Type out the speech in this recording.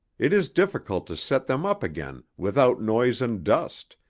it is difficult to set them up again without noise and dust,